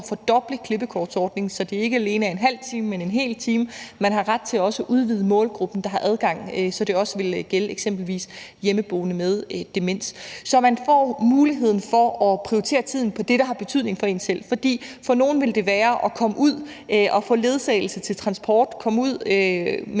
fordoble klippekortsordningen, så det ikke alene er til en halv time, men til en hel time man har ret til også at udvide målgruppen, der har adgang, så det også vil gælde eksempelvis hjemmeboende med demens. Så man får muligheden for at prioritere tiden på det, der har betydning for en selv, som for nogle ville være det at komme ud og få ledsagelse til transport, komme ud med